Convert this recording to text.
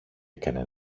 έκανε